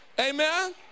Amen